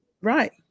right